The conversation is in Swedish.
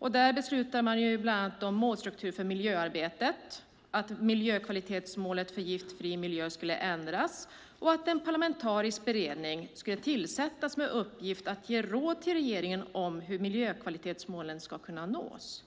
Man beslutade bland annat om målstruktur för miljöarbetet, att ändra miljökvalitetsmålet för giftfri miljö och att tillsätta en parlamentarisk beredning med uppgift att ge råd till regeringen om hur miljökvalitetsmålen ska kunna nås.